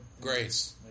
Grace